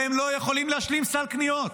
והם לא יכולים להשלים סל קניות,